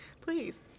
Please